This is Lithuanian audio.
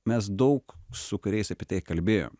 mes daug su kariais apie tai kalbėjom